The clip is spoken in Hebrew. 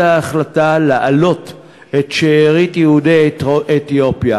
החלטה להעלות את שארית יהודי אתיופיה.